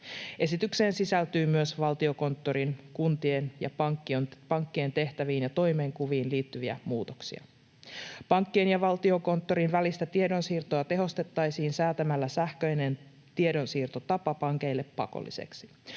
Esitykseen sisältyy myös Valtiokonttorin, kuntien ja pankkien tehtäviin ja toimenkuviin liittyviä muutoksia. Pankkien ja Valtiokonttorin välistä tiedonsiirtoa tehostettaisiin säätämällä sähköinen tiedonsiirtotapa pankeille pakolliseksi.